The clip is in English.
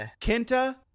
Kenta